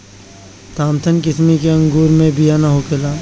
Thompson किसिम के अंगूर मे बिया ना होखेला